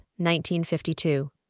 1952